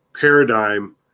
paradigm